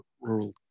Rural